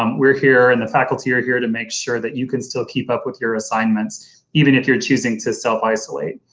um we're here and the faculty are here to make sure that you can still keep up with your assignments even if you're choosing to self isolate.